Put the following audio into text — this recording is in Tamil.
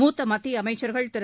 மூத்த மத்திய அமைச்சர்கள் திரு